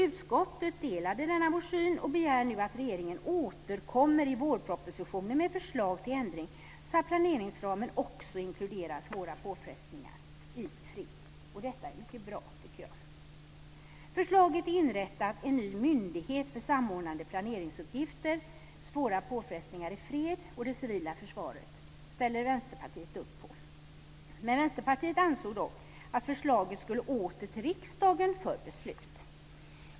Utskottet delade denna vår syn och begär nu att regeringen återkommer i vårpropositionen med förslag till ändring, så att planeringsramen också inkluderar svåra påfrestningar i fred. Detta är mycket bra, tycker jag. Förslaget att inrätta en ny myndighet för samordnande planeringsuppgifter för svåra påfrestningar i fred och det civila försvaret ställer sig Vänsterpartiet bakom. Vänsterpartiet ansåg dock att förslaget skulle åter till riksdagen för beslut.